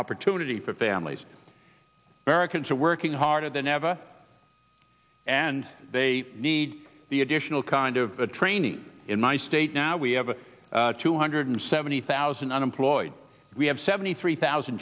opportunity for families americans are working harder than ever and they need the additional kind of training in my state now we have two hundred seventy thousand unemployed we have seventy three thousand